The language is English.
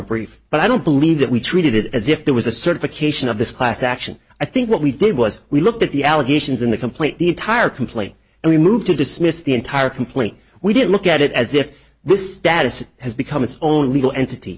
brief but i don't believe that we treated it as if there was a certification of this class action i think what we did was we looked at the allegations in the complaint the entire complaint and we moved to dismiss the entire complaint we did look at it as if this status has become its own legal entity